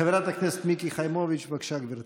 חברת הכנסת מיקי חיימוביץ', בבקשה, גברתי.